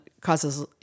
causes